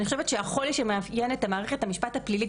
אני חושבת שהחולי שמאפיין את מערכת המשפט הפלילית